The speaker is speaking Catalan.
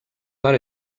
per